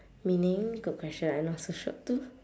meaning good question I not so sure too